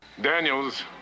Daniels